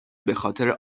بخاطر